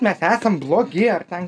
mes esam blogi ar ten